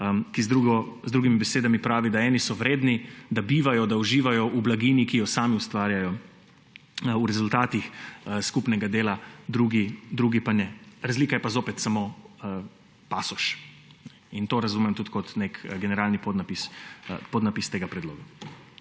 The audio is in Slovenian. ki z drugimi besedami pravi, da eni so vredni, da bivajo, da uživajo v blaginji, ki jo sami ustvarjajo, v rezultatih skupnega dela, drugi pa ne. Razlika je pa zopet samo pasoš. In to razumem tudi kot nek generalni podnapis tega predloga.